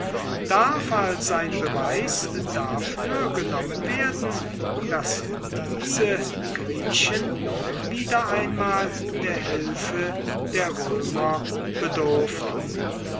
darf als ein beweis dafür genommen werden daß diese griechen wieder einmal der hilfe der römer bedurften